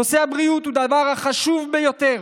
נושא הבריאות הוא הדבר החשוב ביותר.